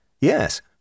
Yes